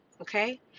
okay